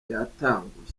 yatanguye